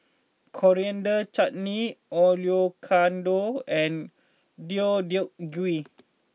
Coriander Chutney Oyakodon and Deodeok Gui